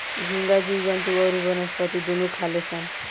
झींगा जीव जंतु अउरी वनस्पति दुनू खाले सन